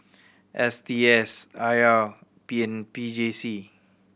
S T S I R P and P J C